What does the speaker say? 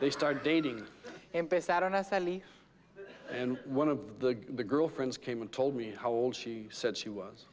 they started dating and one of the girlfriends came and told me how old she said she was